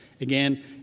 Again